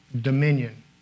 dominion